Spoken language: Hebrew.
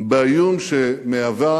באיום שמהווה